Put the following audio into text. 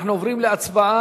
אנחנו עוברים להצבעה